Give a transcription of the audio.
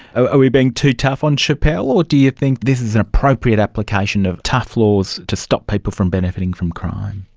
are we being too tough on schapelle, or do you think this is an appropriate application of tough laws to stop people from the benefiting from crime?